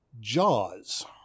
Jaws